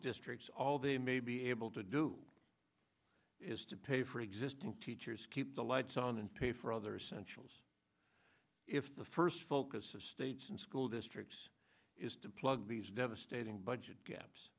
districts all they may be able to do is to pay for existing teachers keep the lights on and pay for other essential if the first focus of states and school districts is to plug these devastating budget gaps